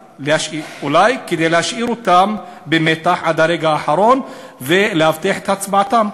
אולי כדי להשאיר אותם במתח עד הרגע האחרון ולהבטיח את הצבעתם,